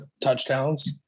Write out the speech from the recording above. touchdowns